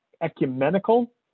ecumenical